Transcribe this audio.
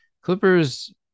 Clippers